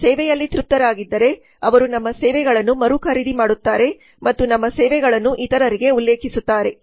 ಅವರು ಸೇವೆಯಲ್ಲಿ ತೃಪ್ತರಾಗಿದ್ದರೆ ಅವರು ನಮ್ಮ ಸೇವೆಗಳನ್ನು ಮರುಖರೀದಿ ಮಾಡುತ್ತಾರೆ ಮತ್ತು ನಮ್ಮ ಸೇವೆಗಳನ್ನು ಇತರರಿಗೆ ಉಲ್ಲೇಖಿಸುತ್ತಾರೆ